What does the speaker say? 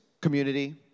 Community